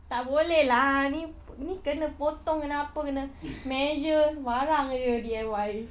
tak boleh lah ini ini kena potong kena apa kena measure sembarang saja D_I_Y